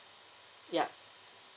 ya